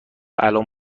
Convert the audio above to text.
الان